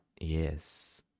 yes